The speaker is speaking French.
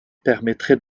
permettrait